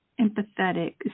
empathetic